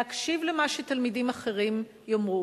להקשיב למה שתלמידים אחרים יאמרו,